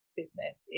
business